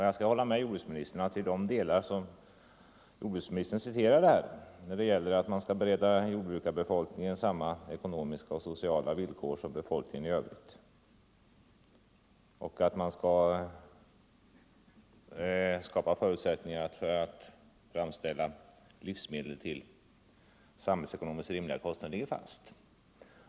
Jag kan hålla med honom när det gäller de delar som han refererade: att bereda jordbrukarbefolkningen samma ekonomiska och sociala villkor som befolkningen i övrigt och att skapa förutsättningar att framställa livsmedel till samhällsekonomiskt rimliga kostnader.